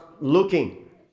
looking